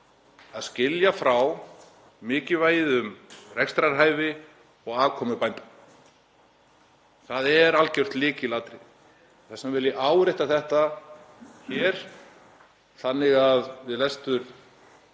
að skilja frá mikilvægi rekstrarhæfis og afkomu bænda. Það er algjört lykilatriði. Þess vegna vil ég árétta þetta hér þannig að við lestur